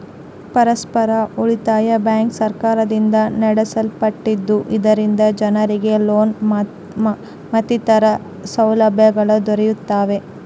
ಪರಸ್ಪರ ಉಳಿತಾಯ ಬ್ಯಾಂಕ್ ಸರ್ಕಾರದಿಂದ ನಡೆಸಲ್ಪಟ್ಟಿದ್ದು, ಇದರಿಂದ ಜನರಿಗೆ ಲೋನ್ ಮತ್ತಿತರ ಸೌಲಭ್ಯಗಳು ದೊರೆಯುತ್ತವೆ